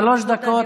שלוש דקות,